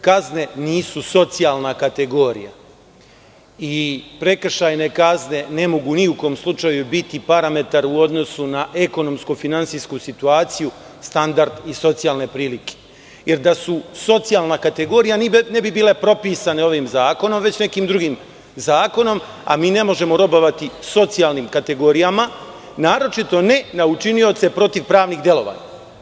Kazne nisu socijalna kategorija i prekršajne kazne ne mogu ni u kom slučaju biti parametar u odnosu na ekonomsko-finansijsku situaciju, standard i socijalne prilike, jer da su socijalna kategorija, ne bi bile propisane ovim zakonom, već nekim drugim zakonom, a mi ne možemo robovati socijalnim kategorijama, naročito ne na učinioce protiv pravnih delovanja.